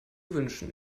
wünschen